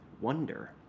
wonder